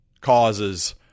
causes